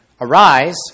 Arise